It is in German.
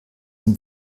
ihm